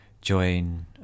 join